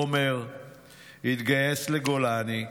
עומר התגייס לגולני,